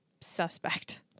suspect